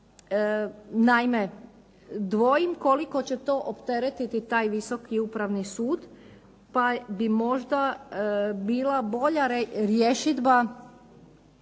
Naime, dvojim koliko će to opteretiti taj Visoki upravni sud pa bi možda bila bolja rješidba